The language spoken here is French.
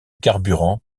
carburant